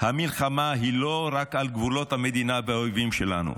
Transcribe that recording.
המלחמה היא לא רק על גבולות המדינה והאויבים שלנו,